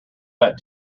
that